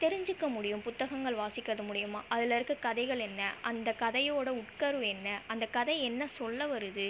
தெரிஞ்சிக்க முடியும் புத்தகங்கள் வாசிக்கிறது மூலியுமாக அதில் இருக்கிற கதைகள் என்ன அந்த கதையோட உட்கரு என்ன அந்த கதை என்ன சொல்ல வருது